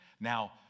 Now